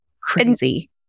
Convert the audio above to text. crazy